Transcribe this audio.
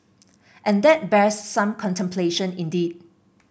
and that bears some contemplation indeed